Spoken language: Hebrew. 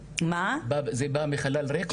זה בא מחלל ריק?